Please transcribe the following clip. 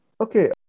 Okay